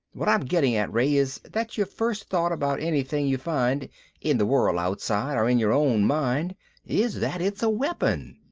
what i'm getting at, ray, is that your first thought about anything you find in the world outside or in your own mind is that it's a weapon.